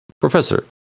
Professor